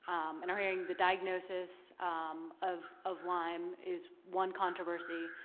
and i'm hearing the diagnosis of of lyme is one controversy.